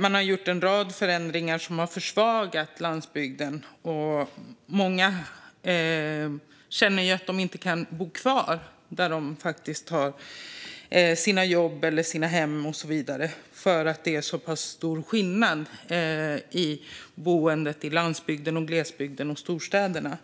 Man har gjort en rad förändringar som har försvagat landsbygden, och många känner att de inte kan bo kvar där de faktiskt har sina jobb, sina hem och så vidare eftersom det är så pass stor skillnad mellan att bo i lands och glesbygd och att bo i storstäderna.